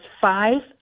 five